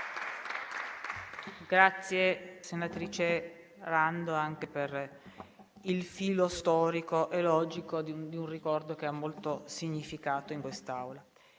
ringrazio, senatrice Rando, anche per il filo storico e logico di un ricordo che è molto significativo in quest'Aula.